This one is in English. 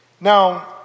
Now